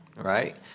Right